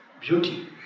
beauty